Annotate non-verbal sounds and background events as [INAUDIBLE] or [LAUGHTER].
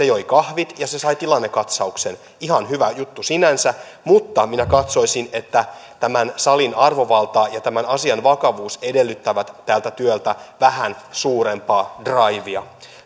[UNINTELLIGIBLE] joi kahvit ja se sai tilannekatsauksen ihan hyvä juttu sinänsä mutta minä katsoisin että tämän salin arvovalta ja tämän asian vakavuus edellyttävät tältä työltä vähän suurempaa draivia